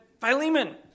Philemon